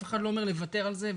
אף אחד לא אומר לוותר על זה.